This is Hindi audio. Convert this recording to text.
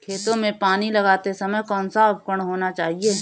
खेतों में पानी लगाते समय कौन सा उपकरण होना चाहिए?